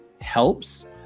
helps